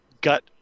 gut